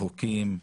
חוקים,